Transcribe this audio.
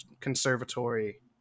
conservatory